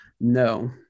no